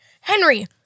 Henry